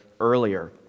earlier